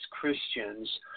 Christians